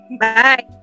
bye